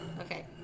Okay